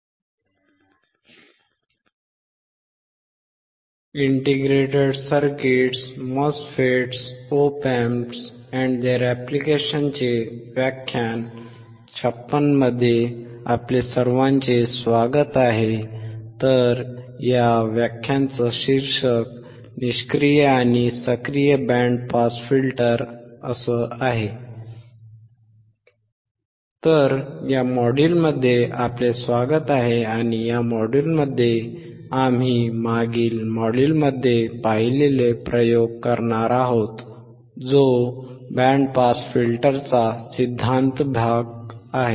तर या मॉड्यूलमध्ये आपले स्वागत आहे आणि या मॉड्यूलमध्ये आम्ही मागील मॉड्यूलमध्ये पाहिलेले प्रयोग करणार आहोत जो बँड पास फिल्टरचा सिद्धांत भाग आहे